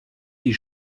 die